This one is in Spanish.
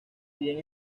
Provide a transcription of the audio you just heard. bien